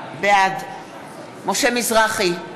בעד משה מזרחי,